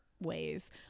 ways